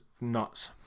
nuts